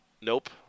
Nope